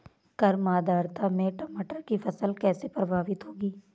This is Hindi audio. कम आर्द्रता में टमाटर की फसल कैसे प्रभावित होगी?